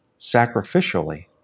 Sacrificially